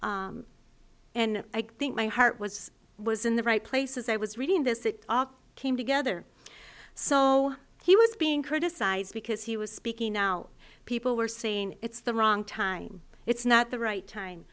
attention and i think my heart was was in the right place as i was reading this it all came together so he was being criticized because he was speaking out people were saying it's the wrong time it's not the right time